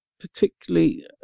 Particularly